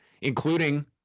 including